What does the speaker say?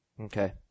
Okay